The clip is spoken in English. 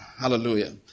Hallelujah